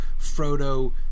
Frodo